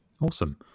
Awesome